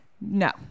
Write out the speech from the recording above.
No